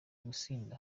gusinda